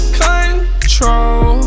control